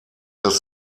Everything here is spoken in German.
das